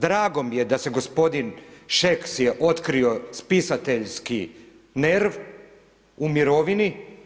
Drago mi je da se gospodin Šeks je otkrio spisateljski nerv u mirovini.